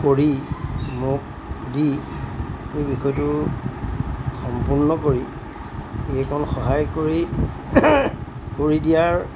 কৰি মোক দি সেই বিষয়টো সম্পূৰ্ণ কৰি এইকণ সহায় কৰি কৰি দিয়াৰ